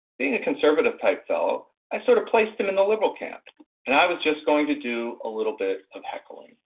being a conservative type fellow, i sort of placed them in the liberal camp and i was just going to do a little bit of heckling.